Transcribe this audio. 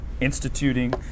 instituting